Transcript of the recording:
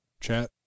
chat